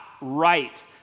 right